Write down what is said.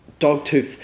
Dogtooth